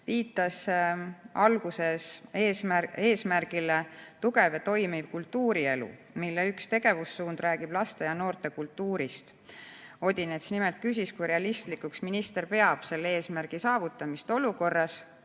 viitas alguses eesmärgile "Tugev ja toimiv kultuurielu", mille üks tegevussuund räägib laste ja noorte kultuurist. Odinets nimelt küsis, kui realistlikuks minister peab selle eesmärgi saavutamist olukorras,